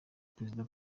perezida